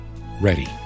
ready